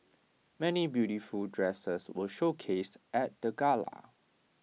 many beautiful dresses were showcased at the gala